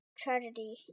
Tragedy